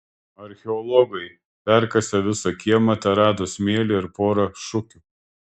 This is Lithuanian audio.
archeologai perkasę visą kiemą terado smėlį ir porą šukių